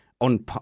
on